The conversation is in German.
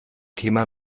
thema